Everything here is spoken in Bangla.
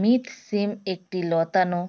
মথ শিম একটি লতানো